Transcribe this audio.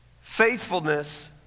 Faithfulness